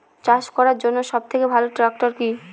চাষ করার জন্য সবথেকে ভালো ট্র্যাক্টর কি?